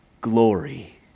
glory